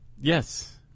Yes